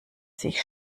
sich